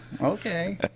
okay